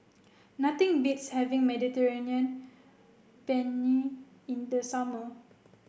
nothing beats having Mediterranean Penne in the summer